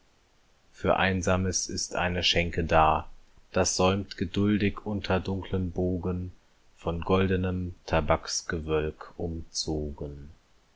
für einsames ist eine schenke da das säumt geduldig unter dunklen bogen von goldenem tabaksgewölk umzogen